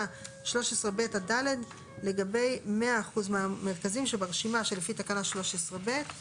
13(ב) עד (ד) לגבי 100% מהמרכזים שברשימה שלפי תקנה 13(ב);